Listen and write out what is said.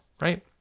right